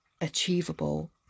achievable